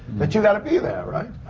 that you gotta be there, right?